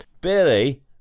Billy